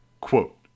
Quote